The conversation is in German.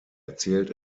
erzählt